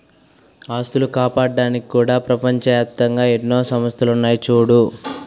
ఆస్తులు కాపాడ్డానికి కూడా ప్రపంచ ఏప్తంగా ఎన్నో సంస్థలున్నాయి చూడూ